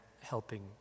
helping